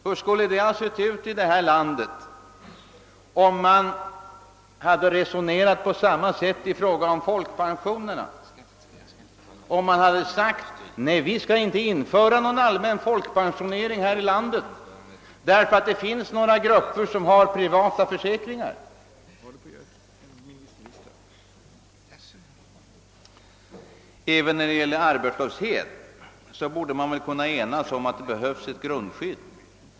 Hur skulle det ha sett ut här i landet, om man hade resonerat på samma sätt i fråga om folkpensionerna och sagt: Nej, vi skall inte införa någon allmän folkpensionering, eftersom det finns några grupper som har privata försäkringar. Även när det gäller arbetslöshet borde vi kunna enas om att det behövs ett grundskydd.